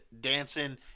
dancing